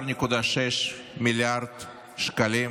13.6 מיליארד שקלים